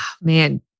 Man